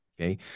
okay